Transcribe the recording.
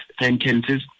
sentences